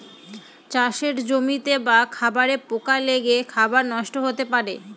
চাষের জমিতে বা খাবারে পোকা লেগে খাবার নষ্ট হতে পারে